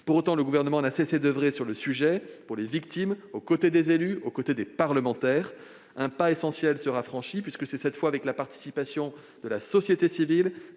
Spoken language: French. Pour autant, il n'a cessé d'oeuvrer sur le sujet, pour les victimes, aux côtés des élus et des parlementaires. Un pas essentiel sera franchi, puisque c'est cette fois avec la participation de la société civile,